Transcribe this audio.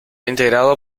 integrado